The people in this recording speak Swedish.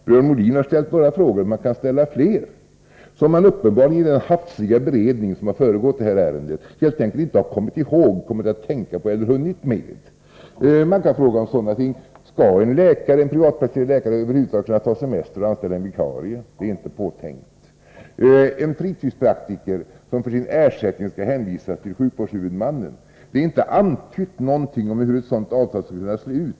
Björn Molin har ställt några frågor — fler kan ställas — som man uppenbarligen i samband med den hafsiga beredning som föregått detta ärende helt enkelt inte har kommit ihåg, kommit att tänka på eller hunnit med. Man kan fråga om sådana här ting: Skall en privatpraktiserande läkare över huvud taget kunna ta semester och anställa en vikarie? Det är inte påtänkt. När det gäller fritidspraktiker som för sin ersättning skall hänvisas till sjukvårdshuvudmannen antyds inte någonting om hur ett sådant avtal skulle kunna se ut.